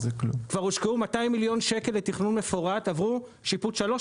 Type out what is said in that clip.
כבר הושקעו 200 מיליון ₪ לתכנון מפורט; שלושה עברו שיפוץ.